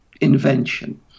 invention